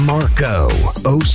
Marco